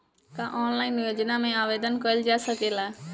का ऑनलाइन योजना में आवेदन कईल जा सकेला?